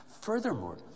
Furthermore